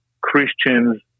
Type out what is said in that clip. Christians